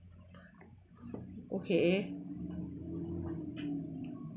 okay